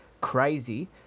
crazy